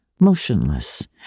motionless